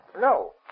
No